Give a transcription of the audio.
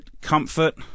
comfort